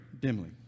dimly